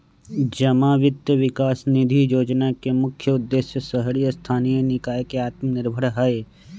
जमा वित्त विकास निधि जोजना के मुख्य उद्देश्य शहरी स्थानीय निकाय के आत्मनिर्भर हइ